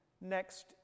next